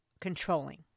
controlling